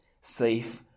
safe